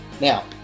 Now